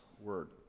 word